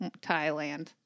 Thailand